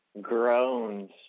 groans